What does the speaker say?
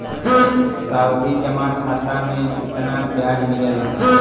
सावधि जमा खाता मे कितना ब्याज मिले ला?